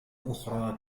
أخرى